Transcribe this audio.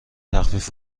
تخفیف